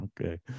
okay